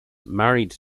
married